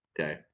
Okay